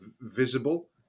visible